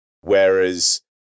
Whereas